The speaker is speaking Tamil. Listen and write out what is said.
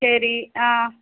சரி ஆ